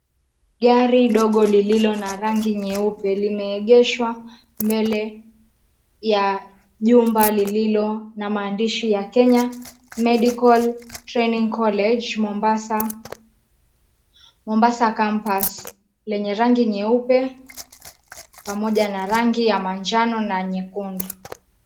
Gari dogo lililo na rangi nyeupe limeegeshwa mbele ya jumba lililo na mahandishi ya Kenya Medical Training College Mombasa Campus lenye rangi nyeupe pamoja na rangi ya manjano na nyekundu.